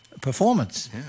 performance